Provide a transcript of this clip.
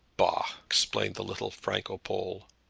bah! exclaimed the little franco-pole.